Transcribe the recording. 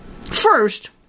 First